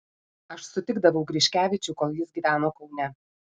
aš sutikdavau griškevičių kol jis gyveno kaune